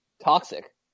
Toxic